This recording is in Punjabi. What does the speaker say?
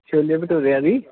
ਛੋਲੇ ਭਟੁਰੇ ਦੀ